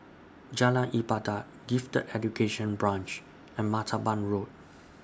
Jalan Ibadat Gifted Education Branch and Martaban Road